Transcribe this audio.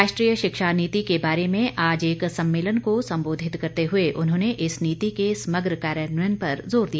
राष्ट्रीय शिक्षा नीति के बारे में आज एक सम्मेलन को संबोधित करते हुए उन्होंने इस नीति के समग्र कार्यान्वयन पर जोर दिया